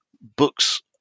books